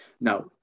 Now